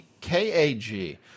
k-a-g